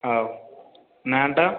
ହେଉ ନାଁ ଟା